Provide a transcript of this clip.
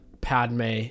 Padme